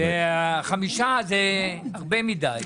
5 מיליון זה הרבה מידי,